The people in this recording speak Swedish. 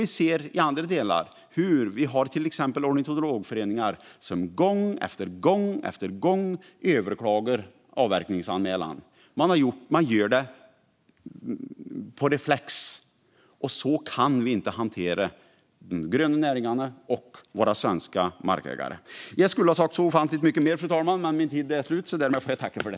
Vi ser i andra delar hur till exempel ornitologföreningar gång efter gång reflexmässigt överklagar avverkningsanmälan. Så här kan vi inte hantera de gröna näringarna och våra svenska markägare.